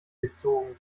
gezogen